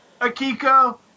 Akiko